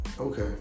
Okay